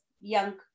young